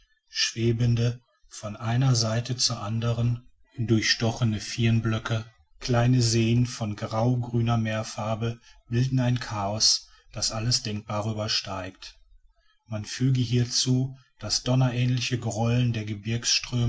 schwebende von einer seite zur andern durchstochene firnblöcke kleine seen von graugrüner meerfarbe bilden ein chaos das alles denkbare übersteigt man füge hierzu das donnerähnliche grollen der